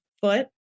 foot